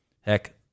heck